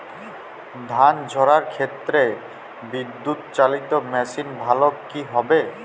ধান ঝারার ক্ষেত্রে বিদুৎচালীত মেশিন ভালো কি হবে?